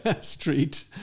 Street